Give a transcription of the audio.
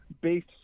based